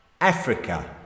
Africa